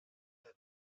der